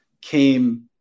came